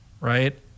right